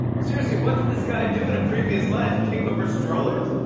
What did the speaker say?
seriously, what did this guy do in a previous life, kick over strollers?